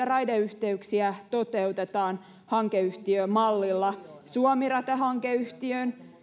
raideyhteyksiä toteutetaan hankeyhtiömallilla suomi rata hankeyhtiön